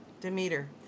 Demeter